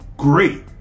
great